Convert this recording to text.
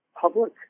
public